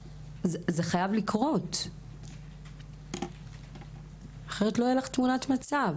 זה חייב לקרות, אחרת לא יהיה לך תמונת מצב.